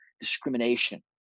discrimination